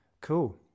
cool